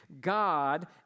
God